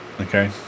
Okay